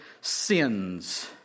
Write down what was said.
sins